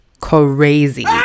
crazy